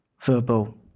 verbal